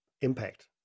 impact